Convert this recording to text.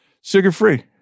sugar-free